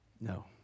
No